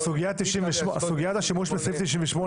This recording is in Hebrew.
סוגיית השימוש בסעיף 98,